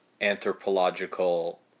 anthropological